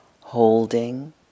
holding